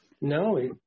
No